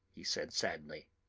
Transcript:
he said, sadly,